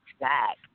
back